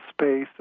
space